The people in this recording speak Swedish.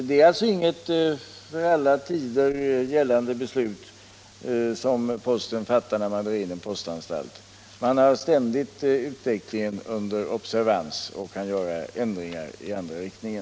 Det är alltså inte något för alla tider gällande beslut som postverket fattar när man drar in en postanstalt, utan man har ständigt utvecklingen under observans och man kan ändra beslutet i en annan riktning.